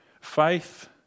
Faith